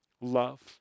love